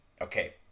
Okay